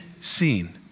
seen